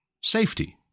safety